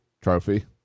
trophy